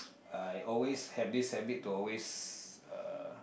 I always have this habit to always uh